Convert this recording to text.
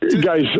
Guys